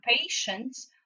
patients